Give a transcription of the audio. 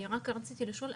אני רק רציתי לשאול,